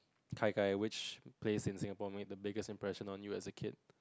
kai kai which place in Singapore made the biggest impression on you as a kid